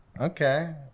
Okay